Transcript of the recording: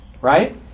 right